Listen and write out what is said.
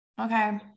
okay